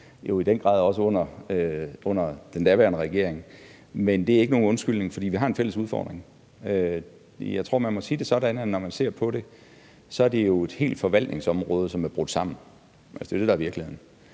i den grad også under den daværende regering. Men det er ikke nogen undskyldning, for vi har en fælles udfordring. Jeg tror, man må sige det sådan, at når man ser på det, er det jo et helt forvaltningsområde, som er brudt sammen. Det er det, der er virkeligheden.